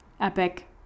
epic